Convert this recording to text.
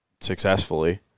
successfully